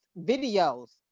videos